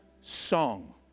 song